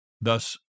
Thus